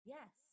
Yes